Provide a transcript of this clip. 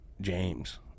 james